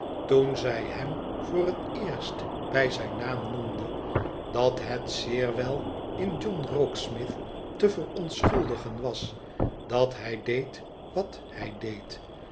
toen zij hem voor het eerst bij zijn naam noemde dat het zeer wel in john rokesmith te verontschuldigen was dat hij deed wat hij deed